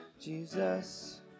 Jesus